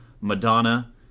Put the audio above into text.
Madonna